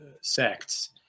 sects